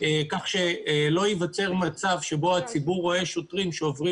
כך שלא ייווצר מצב שבו הציבור רואה שוטרים שעוברים